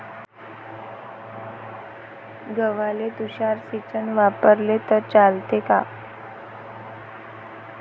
गव्हाले तुषार सिंचन वापरले तर चालते का?